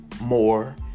more